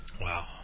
wow